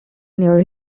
near